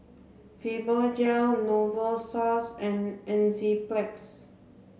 Fibogel Novosource and Enzyplex